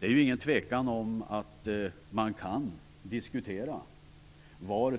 Det är ingen tvekan om att man kan diskutera var